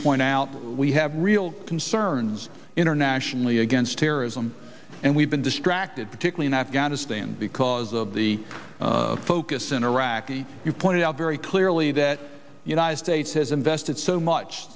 point out we have real concerns internationally against terrorism and we've been distracted particularly in afghanistan because of the focus in iraqi you pointed out very clearly that the united states has invested so much